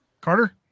Carter